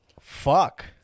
Fuck